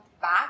back